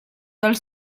dal